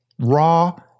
raw